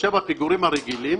ובהתחשב בפיגורים הרגילים